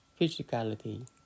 physicality